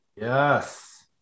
Yes